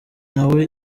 nawe